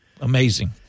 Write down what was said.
amazing